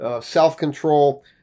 Self-control